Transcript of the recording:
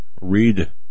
read